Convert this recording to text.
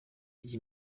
iyi